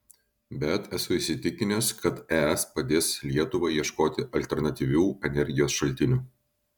bet esu įsitikinęs kad es padės lietuvai ieškoti alternatyvių energijos šaltinių